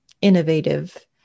innovative